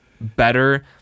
better